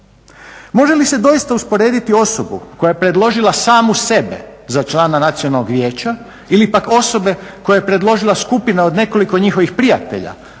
Može li se doista usporediti osobu koja je predložila samu sebe za člana Nacionalnog vijeća ili pak osobe koje je predložila skupina od nekoliko njihovih prijatelja,